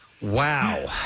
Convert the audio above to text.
Wow